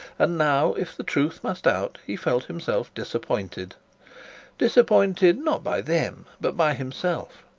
and now, if the truth must out, he felt himself disappointed disappointed not by them but by himself.